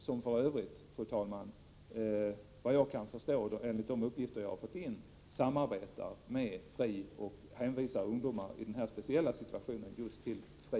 Såvitt jag förstår, fru talman, samarbetar BRIS med FRI och hänvisar ungdomar i dessa speciella situationer just till FRI.